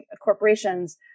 corporations